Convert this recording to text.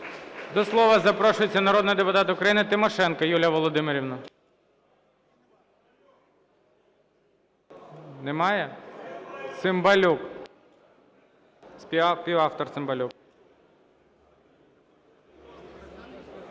До слова запрошується народний депутат України Тимошенко Юлія Володимирівна. Немає? Цимбалюк. Співавтор Цимбалюк.